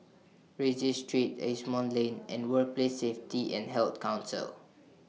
Rienzi Street Asimont Lane and Workplace Safety and Health Council